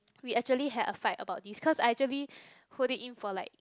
we actually had a fight about this because I actually hold it in for like